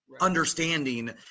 understanding